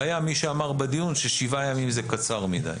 היה מי שאמר בדיון ששבעה ימים זה קצר מדי.